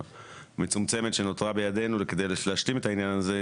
המצומצמת שנותרה בידינו כדי להשלים את העניין הזה,